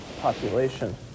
population